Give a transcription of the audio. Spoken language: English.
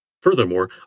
Furthermore